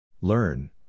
Learn